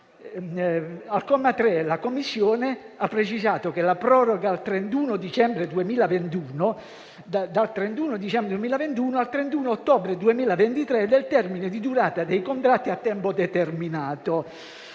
Al comma 3 la Commissione ha precisato la proroga dal 31 dicembre 2021 al 31 ottobre 2023 del termine di durata dei contratti a tempo determinato